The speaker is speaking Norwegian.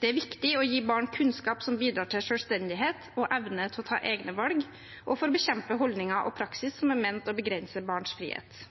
Det er viktig for å gi barn kunnskap som bidrar til selvstendighet og evne til å ta egne valg, og for å bekjempe holdninger og praksis som er ment å begrense barns frihet.